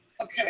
Okay